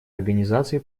организации